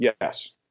Yes